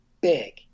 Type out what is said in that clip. big